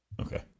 Okay